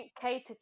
Cater